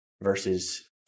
versus